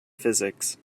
physics